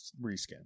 reskin